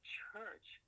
church